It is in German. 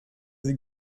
sie